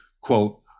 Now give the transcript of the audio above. quote